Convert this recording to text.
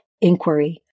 inquiry